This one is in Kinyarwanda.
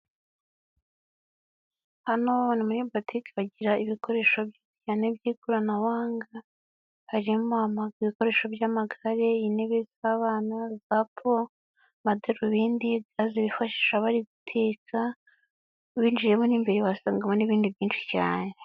Hano ni muri botiki bagira ibikoresho cyane by'ikoranabuhanga, harimo ibikoresho by'amagare, intebe z'abana, iza po, amadarubindi, gaze bifashisha bari guteka winjiyemo n'imbere wasangagamo n'ibindi byinshi cyane.